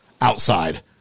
outside